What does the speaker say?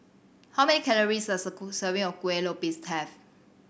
how many calories does serving of Kueh Lopes have